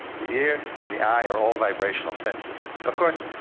the ear and the eye are all vibrational senses. of course,